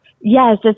Yes